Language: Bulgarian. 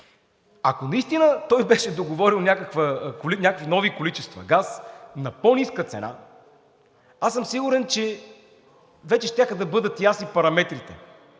наистина той беше договорил някакви нови количества газ на по-ниска цена, аз съм сигурен, че вече щяха да бъдат ясни параметрите,